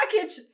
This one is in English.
package